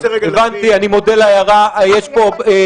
וההערה הזאת לא במקום.